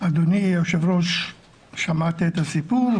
אדוני היו"ר שמעת את הסיפור,